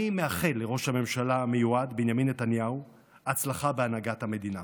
אני מאחל לראש הממשלה המיועד בנימין נתניהו הצלחה בהנהגת המדינה.